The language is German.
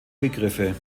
begriffe